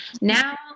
Now